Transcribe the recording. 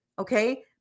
Okay